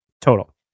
total